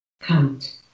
count